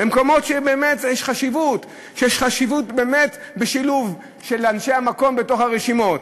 במקומות שבהם באמת יש חשיבות בשילוב של אנשי המקום בתוך הרשימות.